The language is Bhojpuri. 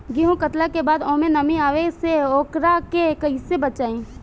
गेंहू कटला के बाद ओमे नमी आवे से ओकरा के कैसे बचाई?